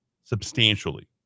substantially